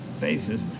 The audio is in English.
basis